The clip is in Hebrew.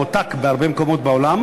הוא הועתק בהרבה מקומות בעולם.